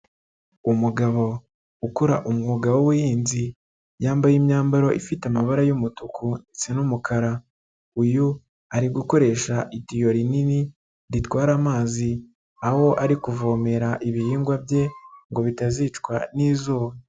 Umugabo ukora umwuga w'ubuhinzi, yambaye imyambaro ifite amabara y'umutuku ndetse n'umukara, uyu ari gukoresha itiyo rinini ritwara amazi, aho ari kuvomera ibihingwa bye ngo bitazicwa n'izuba.